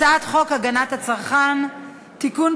הצעת חוק הגנת הצרכן (תיקון,